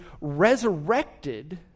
resurrected